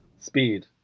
Speed